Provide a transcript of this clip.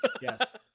Yes